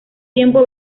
tiempo